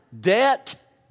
Debt